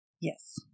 yes